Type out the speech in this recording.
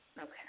Okay